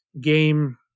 game